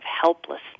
helplessness